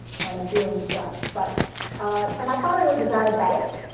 kind of doing stuff. but so my father was a diabetic,